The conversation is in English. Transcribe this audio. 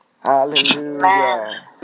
Hallelujah